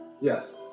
Yes